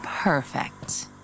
Perfect